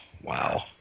Wow